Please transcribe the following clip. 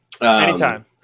anytime